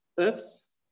Oops